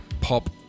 pop